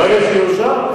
ברגע שיאושר.